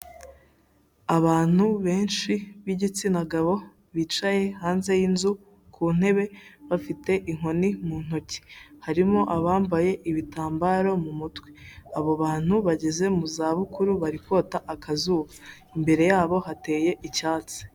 Abantu benshi b'igitsina gabo bicaye hanze y'inzu ku ntebe bafite inkoni mu ntoki, harimo abambaye ibitambaro mu mutwe, abo bantu bageze mu za bukuru bari kota akazuba, imbere yabo hateye icyatsi.